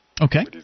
Okay